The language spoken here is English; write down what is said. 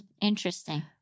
Interesting